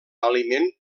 aliment